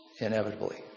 inevitably